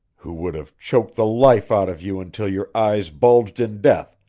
who would have choked the life out of you until your eyes bulged in death,